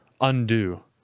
undo